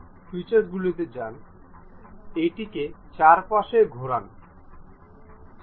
ফিচার্সগুলিতে যান এটিকে চারপাশে ঘোরান